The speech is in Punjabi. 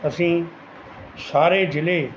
ਅਸੀਂ ਸਾਰੇ ਜ਼ਿਲ੍ਹੇ